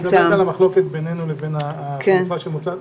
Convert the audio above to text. את מדברת על המחלוקת בינינו לבין מה שמוצע?